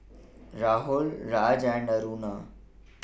Rahul Raj and Aruna